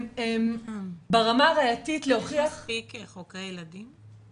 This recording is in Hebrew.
ברמה הראייתית להוכיח ------ חוקרי ילדים?